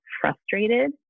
frustrated